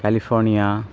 California